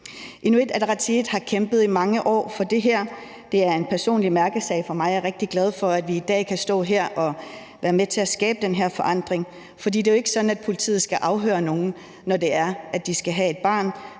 Inuit Ataqatigiit har kæmpet for det her i mange år. Det er en personlig mærkesag for mig, og jeg er rigtig glad for, at vi i dag kan stå her og være med til at skabe den her forandring, for det skal jo ikke være sådan, at politiet skal afhøre nogen, når de skal have et barn.